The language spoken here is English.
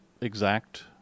exact